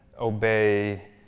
obey